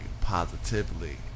Positively